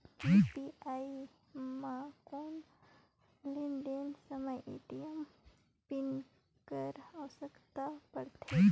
UPI म कौन लेन देन समय ए.टी.एम पिन कर आवश्यकता पड़थे?